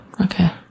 okay